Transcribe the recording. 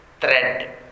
...thread